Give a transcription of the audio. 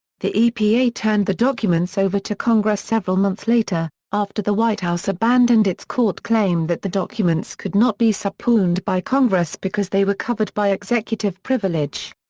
the epa turned the documents over to congress several months later, after the white house abandoned its court claim that the documents could not be subpoened by congress because they were covered by executive privilege.